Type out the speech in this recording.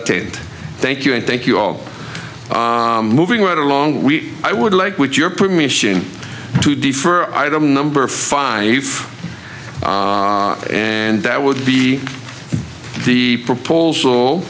attend thank you and thank you all moving right along we i would like with your permission to defer item number five and that would be the proposal